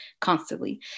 constantly